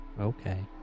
Okay